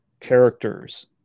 characters